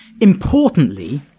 Importantly